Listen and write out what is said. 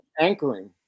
anchoring